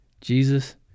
Jesus